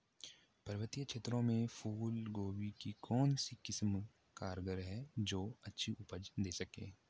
पर्वतीय क्षेत्रों में फूल गोभी की कौन सी किस्म कारगर है जो अच्छी उपज दें सके?